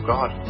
God